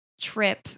trip